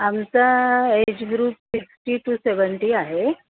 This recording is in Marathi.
आमचा age group sixty to seventy आहे